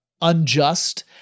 unjust